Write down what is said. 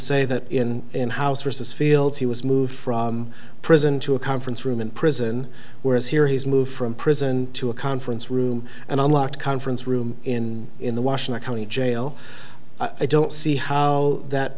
say that in in house versus fields he was moved from prison to a conference room in prison whereas here he's moved from prison to a conference room and unlocked conference room in in the washington county jail i don't see how